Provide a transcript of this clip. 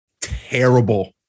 terrible